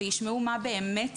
וישמעו מה באמת צריך.